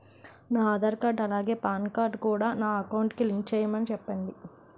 నా ఆధార్ కార్డ్ అలాగే PAN card కూడా నా అకౌంట్ కి లింక్ చేయమని చెప్పండి